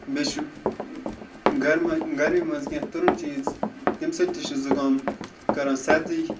بیٚیہِ چھُ گرم گَرمی مَنٛز کینٛہہ تُرُن چیٖز تمہِ سۭتۍ تہِ چھُ زُکام کَران سَردی